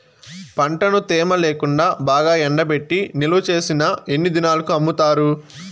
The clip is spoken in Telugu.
పంటను తేమ లేకుండా బాగా ఎండబెట్టి నిల్వచేసిన ఎన్ని దినాలకు అమ్ముతారు?